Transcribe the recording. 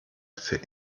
für